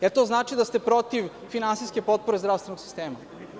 Jel to znači da ste protiv finansijske potpore zdravstvenog sistema?